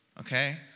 okay